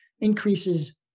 increases